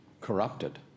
corrupted